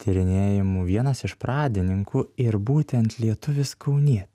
tyrinėjimų vienas iš pradininkų ir būtent lietuvis kaunietis